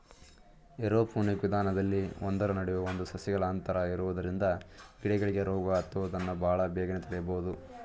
aeroponic ವಿಧಾನದಲ್ಲಿ ಒಂದರ ನಡುವೆ ಒಂದು ಸಸಿಗಳ ಅಂತರ ಇರುವುದರಿಂದ ಗಿಡಗಳಿಗೆ ರೋಗ ಹತ್ತುವುದನ್ನು ಬಹಳ ಬೇಗನೆ ತಡೆಯಬೋದು